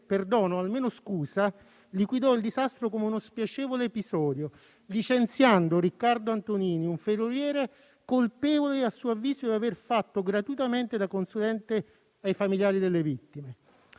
perdono o almeno scusa liquidò il disastro come uno spiacevole episodio, licenziando Riccardo Antonini, un ferroviere colpevole, a suo avviso, di aver fatto gratuitamente da consulente ai familiari delle vittime.